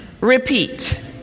repeat